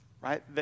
Right